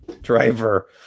driver